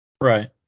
Right